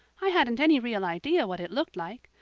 i hadn't any real idea what it looked like.